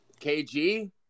KG